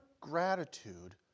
gratitude